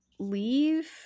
Leave